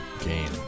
game